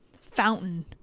fountain